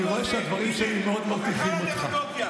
אני רואה שהדברים שלי מאוד מרתיחים אותך.